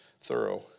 thorough